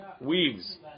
weaves